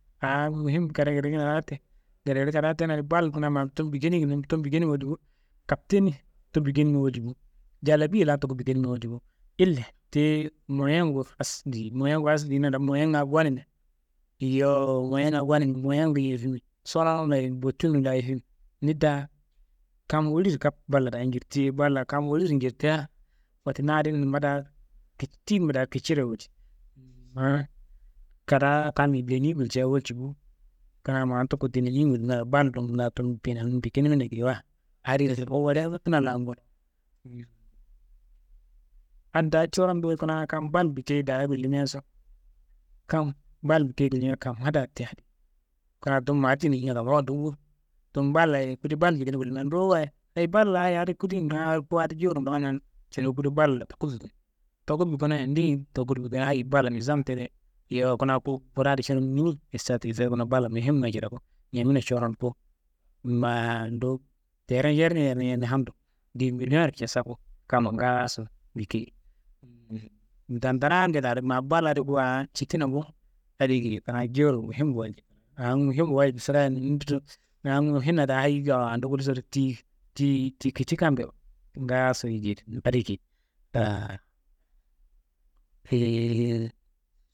Awo muhim karingun rimia di adi ti, gedegede kadaa tena di, bal kuna tumu bikenimi wullimia tumu bikenimia walji bo, kapteni n tumu bikenimiwa walji bo, jalabiye n laan tuku bikenimi wayi walji bo, ille tiyi moyongu has diye, moyongu has diyena daa moyenga gonimia yowo moyenga gonimia, moyongu yufimi, sononum laa- ye, botin laa- ye yufimi, ni taa kam woliso kap balla daaye njirtiye, balla kam woliro njirtea, wote nadin numma daa tiyinumma daa kiciro ye walci, haa kadaa kammi leniyi gulca wolji bo, kuna ma tuku tinenimu wullimero, balnum laa tumu tinenumu bikenimina geyiwa addaa curom be wuyi kuna kam bal bikeyi daa gullimiaso, kam bal bikeyi gullimia kamma daa te, kuna tumu ma tinenimiwa kamma fandum bo, tumu bal laa- ye, kude bal bikene gullimia nduwu wayi, heyi balla ye adi kuden haa ku adi jowuro nglanani, cuno kudo balla toku bikenoyi, toku bikenoyia deyi, tokuro bikenoyi, hayi balla nizam tedeye. Yowo kuna ku, ngura di curon mini estat caseyiya balla mihimnga cidagu, Ñemena curon ku maa ndu tere yerne yerne, hando de milliyoro casaku, kamma ngaaso bikeyi. Nda ndaarande laare ma bal adi ku aa cittina bo, adi geyi kuna jowuro muhimro walji, angu muhimro walji sirea di nonu do, angu muhinna daa gullu sodu tiyi, tiyi, tiyi kici kam- be ngaason jedi adi geyi.